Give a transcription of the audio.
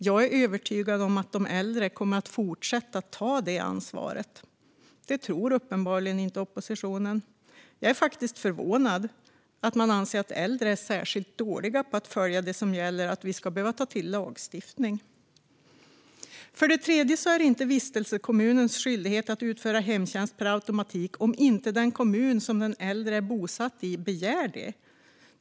Jag är övertygad om att de äldre kommer att fortsätta att ta detta ansvar, men det tror uppenbarligen inte oppositionen. Jag är faktiskt förvånad över att man anser att äldre är särskilt dåliga på att följa det som gäller och att vi behöver ta till lagstiftning. För det tredje är det inte vistelsekommunens skyldighet att utföra hemtjänst per automatik om inte den kommun som den äldre är bosatt i begär detta.